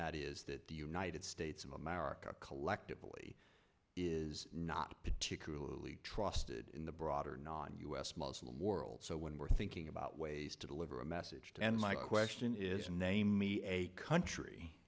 that is that the united states of america collectively is not particularly trusted in the broader non u s muslim world so when we're thinking about ways to deliver a message to and my question is name me a country